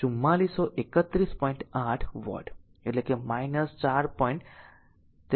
8 watt એટલે કે 4